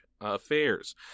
affairs